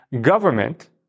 government